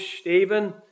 Stephen